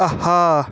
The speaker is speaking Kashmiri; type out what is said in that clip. آہا